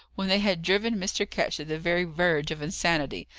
when they had driven mr. ketch to the very verge of insanity,